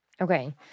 Okay